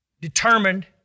determined